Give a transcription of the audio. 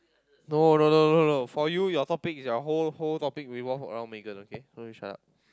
no no no no no for you your topic your whole whole topic revolve around Megan okay so you shut up